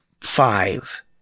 five